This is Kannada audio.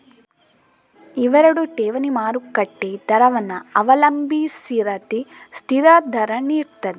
ಇವೆರಡು ಠೇವಣಿ ಮಾರುಕಟ್ಟೆ ದರವನ್ನ ಅವಲಂಬಿಸಿರದೆ ಸ್ಥಿರ ದರ ನೀಡ್ತದೆ